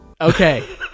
Okay